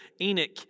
Enoch